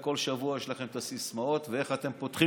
כל שבוע יש לכם את הסיסמאות, ואיך אתם פותחים?